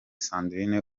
sandrine